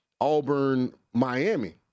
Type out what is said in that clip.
Auburn-Miami